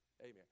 Amen